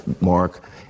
mark